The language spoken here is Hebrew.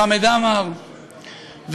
חמד עמאר ואחרים,